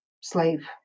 slave